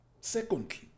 Secondly